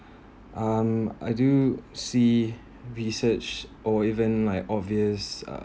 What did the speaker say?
um I do see research or even like obvious uh